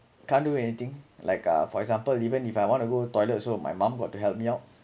can't do anything like uh for example even if I want to go toilet also my mum got to help me out